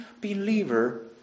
believer